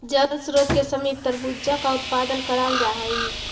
जल स्रोत के समीप तरबूजा का उत्पादन कराल जा हई